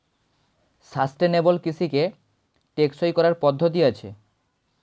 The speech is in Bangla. সাস্টেনেবল কৃষিকে টেকসই করার পদ্ধতি আছে